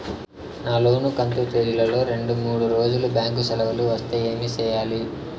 నా లోను కంతు తేదీల లో రెండు మూడు రోజులు బ్యాంకు సెలవులు వస్తే ఏమి సెయ్యాలి?